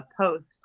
post